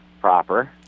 proper